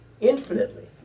infinitely